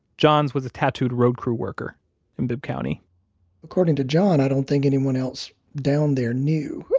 john's was a tattooed road crew worker in bibb county according to john, i don't think anyone else down there knew.